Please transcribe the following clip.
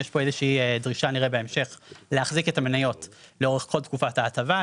יש פה איזושהי דרישה נראה בהמשך להחזיק את המניות לאורך כל תקופת ההטבה,